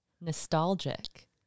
Nostalgic